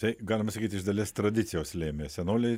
tai galima sakyt iš dalies tradicijos lėmė senoliai